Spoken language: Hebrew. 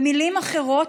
במילים אחרות,